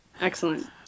Excellent